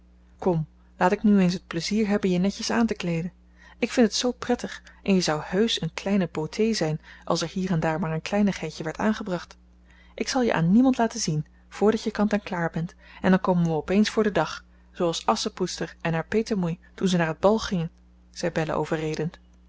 kom laat ik nu eens het plezier hebben je netjes aan te kleeden ik vind het zoo prettig en je zou heusch eene kleine beauté zijn als er hier en daar maar een kleinigheidje werd aangebracht ik zal je aan niemand laten zien voordat je kant en klaar bent en dan komen we opeens voor den dag zooals asschepoetster en haar petemoei toen zij naar het bal gingen zei belle overredend